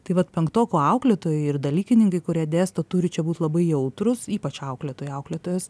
tai vat penktokų auklėtojai ir dalykininkai kurie dėsto turi čia būti labai jautrūs ypač auklėtoja auklėtojos